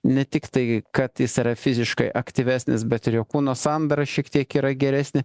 ne tik tai kad jis yra fiziškai aktyvesnis bet ir jo kūno sandara šiek tiek yra geresnė